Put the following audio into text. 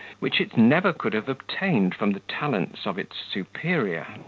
which it never could have obtained from the talents of its superior.